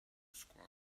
squawk